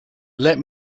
let